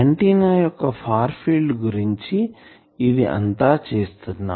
antenna యొక్క far field గురించి ఇది అంతా చేస్తున్నాం